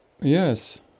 Yes